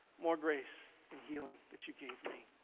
more grace and healing that you gave me.